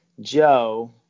Joe